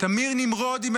תמיר נמרודי,